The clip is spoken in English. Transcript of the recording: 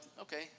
okay